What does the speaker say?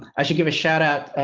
i should give a shout out, ah,